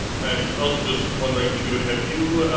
i'm also just wondering too have you,